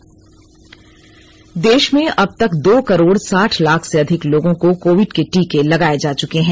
टीकाकरण अपडेट देश में अब तक दो करोड़ साठ लाख से अधिक लोगों को कोविड के टीके लगाये जा चुके हैं